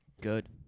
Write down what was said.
Good